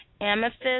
Amethyst